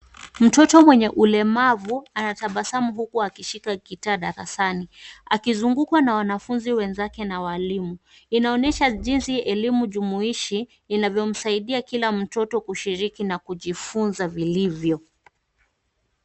Mtoto mwenye ulemavu anatabasamu huku akishika gitaa darasani, akizungukwa na wanafunzi wenzake na walimu. Inaonyesha jinsi elimu jumuishi inavyomsaidia kila mtoto kushiriki na kujifunza vilivyo.